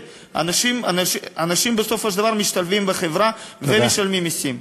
אנשים, בסופו של דבר, משתלבים בחברה ומשלמים מסים.